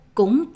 cũng